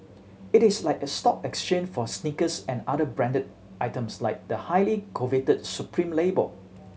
it is like a stock exchange for sneakers and other branded items like the highly coveted Supreme label